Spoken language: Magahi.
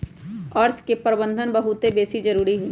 अर्थ के प्रबंधन बहुते बेशी जरूरी होइ छइ